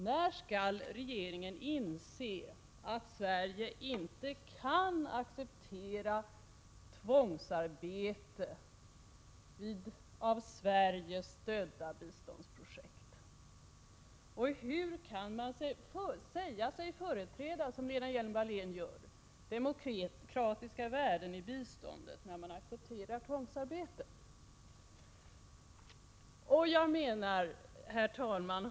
När skall regeringen inse att Sverige inte kan acceptera tvångsarbete vid av Sverige stödda biståndsprojekt? Och hur kan man säga sig företräda, som Lena Hjelm-Wallén gör, demokratiska värden i biståndet när man accepterar tvångsarbete? Herr talman!